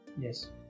Yes